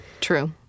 True